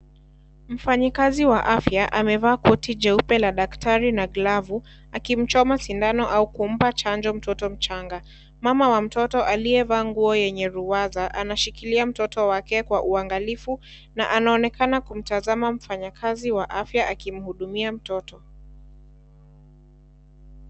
Mfanyikazi wa afya, amevaa koti jeupe la daktari na glavu, akimchoma sindano au kumpa chanjo mtoto mchanga. Mama wa mtoto aliyevaa nguo yenye luwaza, anashikilia mtoto wake kwa uangalifu, na anaonekana kumtazama mfanyakazi wa afya akimhudumia mtoto.